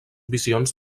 visions